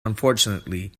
unfortunately